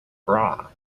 bra